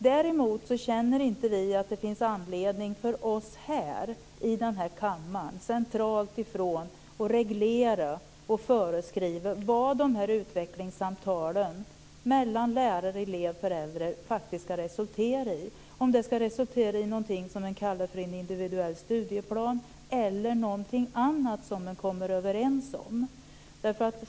Däremot känner vi inte att det finns anledning för oss att här i denna kammare centralt reglera och föreskriva vad utvecklingssamtalen mellan lärare, elev och föräldrar faktiskt ska resultera i, om de ska resultera i något som man kallar för en individuell studieplan eller någonting annat som man kommer överens om.